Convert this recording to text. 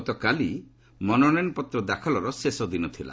ଗତକାଲି ମନୋନୟନପତ୍ର ଦାଖଲର ଶେଷ ଦିନ ଥିଲା